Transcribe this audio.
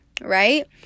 right